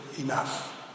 enough